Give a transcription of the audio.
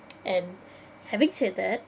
and having said that